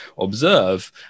observe